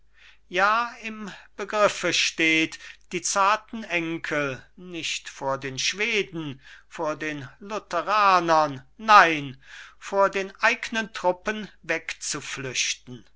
ja im begriffe steht die zarten enkel nicht vor den schweden vor den lutheranern nein vor den eignen truppen